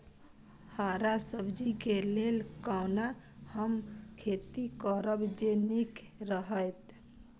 हरा सब्जी के लेल कोना हम खेती करब जे नीक रहैत?